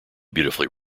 beautifully